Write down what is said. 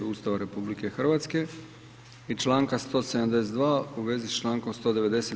Ustava RH i članka 172. u vezi s člankom 190.